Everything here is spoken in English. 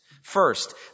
First